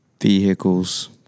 Vehicles